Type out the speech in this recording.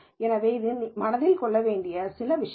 எனவே இவை மனதில் கொள்ள வேண்டிய சில விஷயங்கள்